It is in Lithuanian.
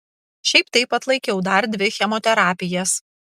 šiaip taip atlaikiau dar dvi chemoterapijas